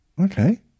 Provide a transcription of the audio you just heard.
Okay